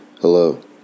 hello